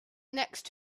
next